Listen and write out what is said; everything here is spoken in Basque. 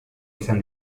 izan